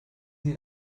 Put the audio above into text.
sie